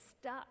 stuck